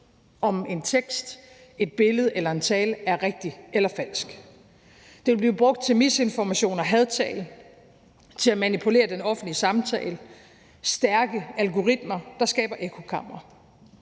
om en tekst, et billede eller en tale er rigtig eller falsk. Den vil blive brugt til misinformation og hadtale og til at manipulere den offentlige samtale. Der er stærke algoritmer, der skaber ekkokamre.